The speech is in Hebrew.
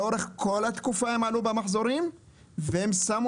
לאורך כל התקופה הם עלו במחזורים והם שמו